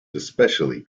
especially